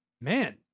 man